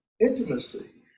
intimacy